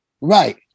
Right